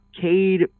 Cade